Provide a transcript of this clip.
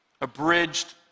abridged